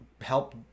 help